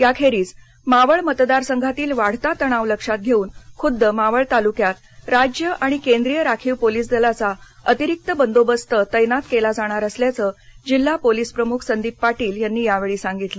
याखेरीज मावळ मतदार संघातील वाढता तणाव लक्षात घेऊन खुद्द मावळ तालुक्यात राज्य आणि केंद्रीय राखीव पोलीस दलाचा अतिरिक्त बंदोबस्त तैनात केला जाणार असल्याचं जिल्हा पोलीस प्रमुख संदीप पाटील यांनी यावेळी सांगितलं